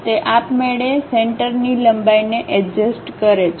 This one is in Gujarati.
તે આપમેળે તે સેન્ટર ની લંબાઈને અડજસ્ત કરે છે